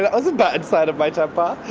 that was a bad side of my temper.